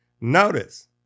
Notice